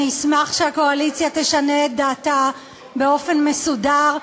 אני אשמח אם הקואליציה תשנה את דעתה באופן מסודר.